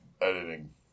editing